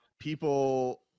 people